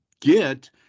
get –